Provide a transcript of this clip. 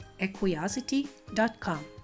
equiosity.com